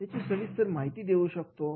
याची सविस्तर माहिती देऊ शकतो